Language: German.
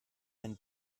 ein